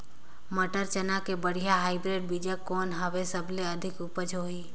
मटर, चना के बढ़िया हाईब्रिड बीजा कौन हवय? सबले अधिक उपज होही?